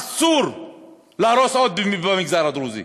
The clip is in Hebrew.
אסור להרוס עוד מבנים במגזר הדרוזי,